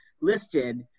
listed